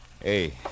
Hey